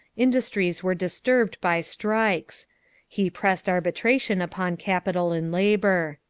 industries were disturbed by strikes he pressed arbitration upon capital and labor.